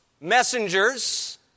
messengers